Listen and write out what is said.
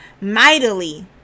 mightily